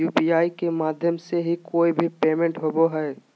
UPI के माध्यम से ही कोय भी पेमेंट होबय हय